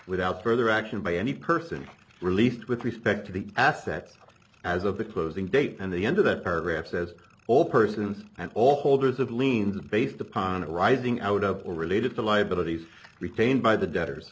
without further action by any person released with respect to the assets as of the closing date and the end of that paragraph says all persons and all holders of liens based upon arising out of all related to liabilities retained by the debtors